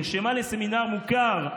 היא נרשמה לסמינר מוכר,